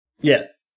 Yes